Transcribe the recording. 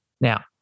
Now